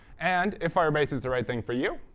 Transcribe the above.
and if firebase is the right thing for you,